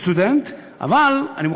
30,000 דולר לשנה ומעלה,